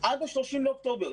עד 30 באוקטובר.